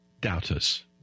doubters